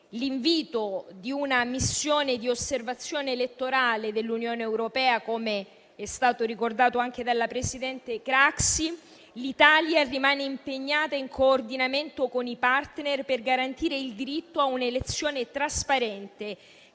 l'invito di una missione di osservazione elettorale dell'Unione europea, come è stato ricordato anche dalla presidente Craxi, l'Italia rimane impegnata in coordinamento con i *partner* per garantire il diritto a un'elezione trasparente,